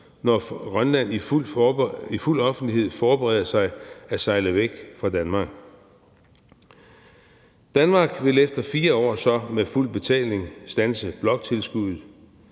når Grønland i fuld offentlighed forbereder sig på at sejle væk fra Danmark. Danmark vil efter 4 år så med fuld betaling standse bloktilskuddet,